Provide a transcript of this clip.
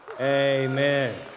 Amen